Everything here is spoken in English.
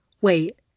wait